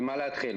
במה להתחיל?